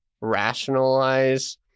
rationalize